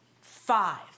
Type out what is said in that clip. five